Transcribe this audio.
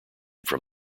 from